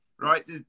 right